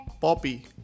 Poppy